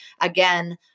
again